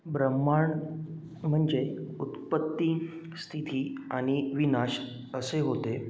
ब्रम्हांड म्हणजे उत्त्पत्ती स्थिती आणि विनाश असे होते